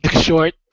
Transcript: Short